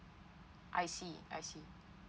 I see I see